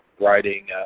writing